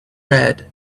red